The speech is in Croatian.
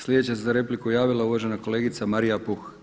Sljedeća se za repliku javila uvažena kolegica Marija Puh.